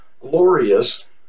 glorious